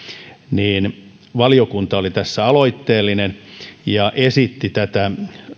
niin valiokunta oli tässä aloitteellinen ja esitti tätä